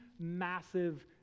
massive